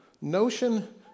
notion